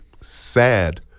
sad